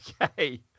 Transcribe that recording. Okay